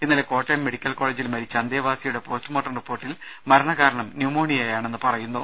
ഇന്നലെ കോട്ടയം മെഡിക്കൽ കോളജിൽ മരിച്ച അന്തേവാസിയുടെ പോസ്റ്മോർട്ടം റിപ്പോർട്ടിൽ മരണകാരണം ന്യുമോണിയയാണെന്ന് പറയുന്നു